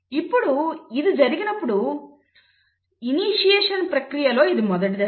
ఇప్పుడు ఇది జరిగినప్పుడు ఇనీషియేషన్ ప్రక్రియలో ఇది మొదటి దశ